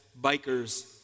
bikers